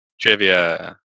trivia